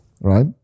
right